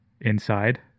inside